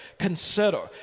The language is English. Consider